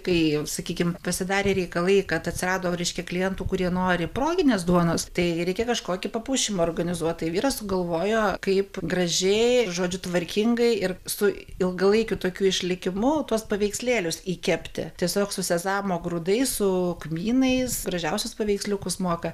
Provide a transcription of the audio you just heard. kai sakykim pasidarė reikalai kad atsirado reiškia klientų kurie nori proginės duonos tai reikia kažkokį papuošimą organizuot tai vyras sugalvojo kaip gražiai žodžiu tvarkingai ir su ilgalaikiu tokiu išlikimu tuos paveikslėlius įkepti tiesiog su sezamo grūdai su kmynais gražiausius paveiksliukus moka